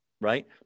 right